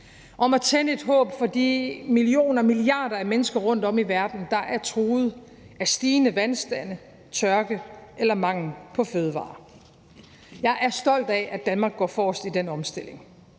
om at tænde et håb hos de milliarder af mennesker rundtom i verden, der er truet af stigende vandstande, tørke eller mangel på fødevarer. Jeg er stolt af, at Danmark går forrest i den omstilling.